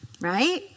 Right